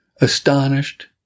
astonished